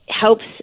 helps